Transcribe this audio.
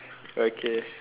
okay